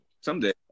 Someday